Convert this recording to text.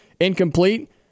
incomplete